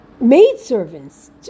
maidservants